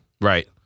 Right